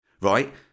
right